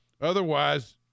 Otherwise